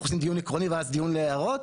אנחנו עושים דיון עקרוני ואז דיון להערות?